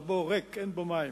והבור ריק, אין בו מים.